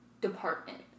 department